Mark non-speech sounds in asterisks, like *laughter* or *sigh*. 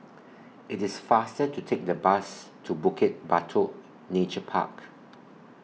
*noise* IT IS faster to Take The Bus to Bukit Batok Nature Park